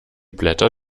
blätter